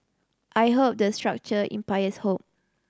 I hope the structure hope